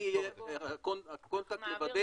אני אהיה הקונטקט לוודא.